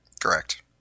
Correct